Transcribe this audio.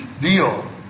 deal